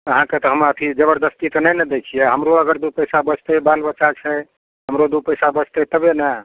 अहाँकऽ तऽ हम अथी जबरदस्ती तऽ नहि ने दै छियै हमरो अगर दू पैसा बचतै बाल बच्चा छै हमरो दू पैसा बचतै तबे ने